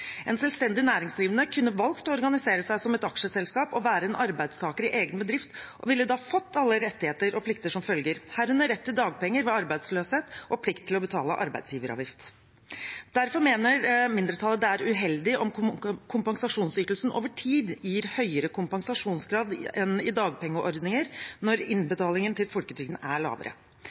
En selvstendig næringsdrivende kunne valgt å organisere seg som et aksjeselskap og være en arbeidstaker i egen bedrift, og ville da fått alle rettigheter og plikter som følger, herunder rett til dagpenger ved arbeidsløshet og plikt til å betale arbeidsgiveravgift. Derfor mener mindretallet at det er uheldig om kompensasjonsytelsen over tid gir høyere kompensasjonsgrad enn i dagpengeordningen når innbetalingen til folketrygden er lavere.